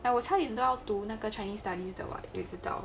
ya 我差一点都要读那个 chinese studies 一直到